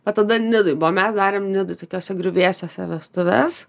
bet tada nidoj buvo mes darėm nidoj tokiuose griuvėsiuose vestuves